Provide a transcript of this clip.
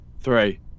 Three